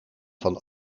van